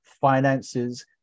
finances